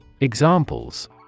Examples